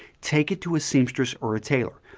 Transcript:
take it to a seamstress or a tailor.